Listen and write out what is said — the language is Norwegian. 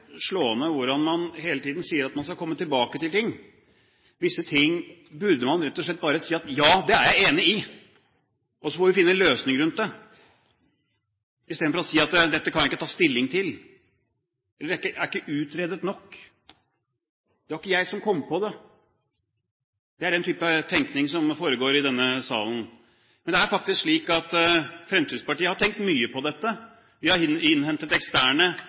slående hvordan man hele tiden sier at man skal komme tilbake til ting. Til visse ting burde man rett og slett bare si at «ja, det er jeg enig i, så får vi finne en løsning på det», i stedet for å si at «dette kan jeg ikke ta stilling til», eller «dette er ikke utredet nok», eller «det var ikke jeg som kom på det». Det er den type tenkning som foregår i denne salen. Det er faktisk slik at Fremskrittspartiet har tenkt mye på dette. Vi har innhentet eksterne